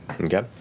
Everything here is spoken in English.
Okay